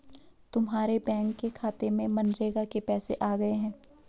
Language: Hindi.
तुम्हारे बैंक के खाते में मनरेगा के पैसे आ गए हैं